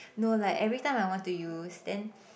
no like every time I want to use then